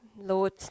Lord